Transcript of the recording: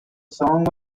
song